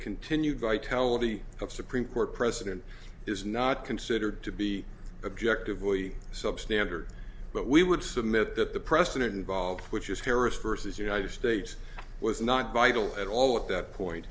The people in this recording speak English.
continued vitality of supreme court precedent is not considered to be objective only substandard but we would submit that the precedent involved which is terrorist versus united states was not vital at all at that point